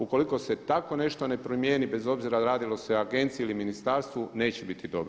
Ukoliko se tako nešto ne promijeni bez obzira radilo se o agenciji ili ministarstvu neće biti dobro.